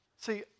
See